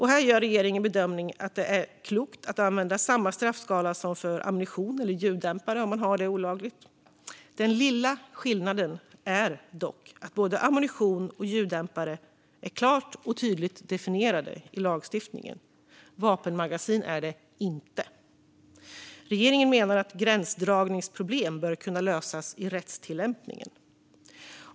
Här gör regeringen bedömningen att det är klokt att använda samma straffskala som för olagligt innehav av ammunition eller ljuddämpare. Den lilla skillnaden är dock att både ammunition och ljuddämpare är klart och tydligt definierade i lagstiftningen. Vapenmagasin är det inte. Regeringen menar att gränsdragningsproblem bör kunna lösas i rättstillämpningen.